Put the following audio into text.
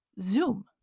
Zoom